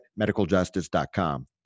medicaljustice.com